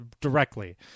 directly